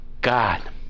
God